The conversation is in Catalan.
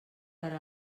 per